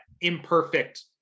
imperfect